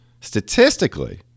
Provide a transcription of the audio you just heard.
statistically